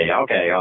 okay